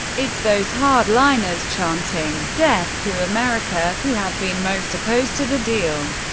it's those hard-liners chanting death to america who have been most opposed to the deal.